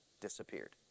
disappeared